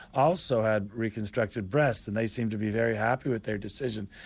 also had reconstructed breasts, and they seemed to be very happy with their decision.